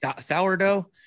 Sourdough